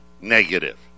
negative